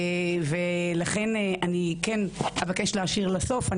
לכן, אני כן אבקש להשאיר לסוף.